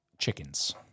Chickens